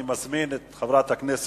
אני מזמין את חברת הכנסת